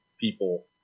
people